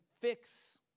fix